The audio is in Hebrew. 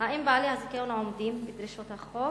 האם בעלי הזיכיון עומדים בדרישות החוק?